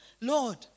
Lord